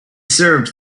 served